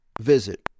visit